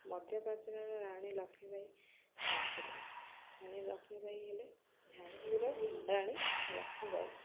ମଧ୍ୟ ପ୍ରାଚୀନର ରାଣୀ ଲକ୍ଷ୍ମୀବାଇ ଝାନ୍ସୀ ରାଣୀ ରାଣୀ ଲକ୍ଷ୍ମୀ ବାଇ ହେଲେ ଝାନ୍ସୀର ରାଣୀ ଲକ୍ଷ୍ମୀବାଇ